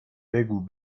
بگو